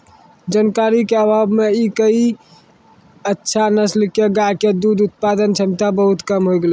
जानकारी के अभाव मॅ कई अच्छा नस्ल के गाय के दूध उत्पादन क्षमता बहुत कम होय गेलो छै